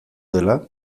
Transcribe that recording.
dela